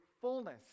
fullness